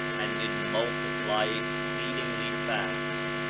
and did multiply exceedingly fast,